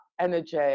energy